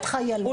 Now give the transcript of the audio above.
אני